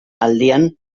aldian